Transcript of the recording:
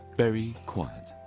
very quiet.